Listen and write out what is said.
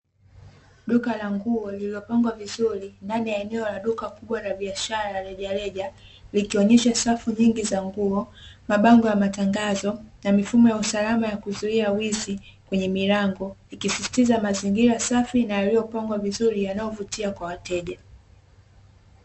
Duka la nguo lililopangwa vizuri ndani ya eneo la duka kubwa la biashara ya rejareja, ikionyesha safu nyingi za nguo, mabango ya matangazo na mifumo ya usalama ya kuzuia wizi kwenye milango, ikisisitiza mazingira safi na yaliyopangwa vizuri yanayovutia kwa wateja.